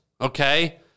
okay